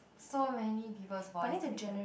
so many people's voice to listen